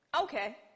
Okay